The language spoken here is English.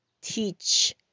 teach